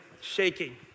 shaking